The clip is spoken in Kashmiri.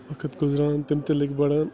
وقت گُزران تِم تہِ لٔگۍ بَڑان